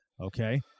Okay